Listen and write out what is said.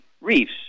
reefs